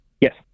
Yes